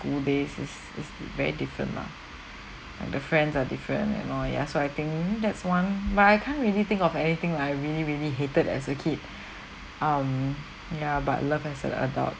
school days is it's very different lah like the friends are different and all ya so I think that's one but I can't really think of anything I really really hated as a kid um ya but love as an adult